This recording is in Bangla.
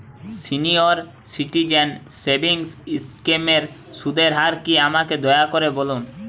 সিনিয়র সিটিজেন সেভিংস স্কিমের সুদের হার কী আমাকে দয়া করে বলুন